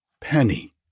Penny